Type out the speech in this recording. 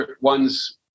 one's